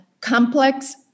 complex